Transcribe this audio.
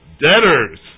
Debtors